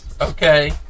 okay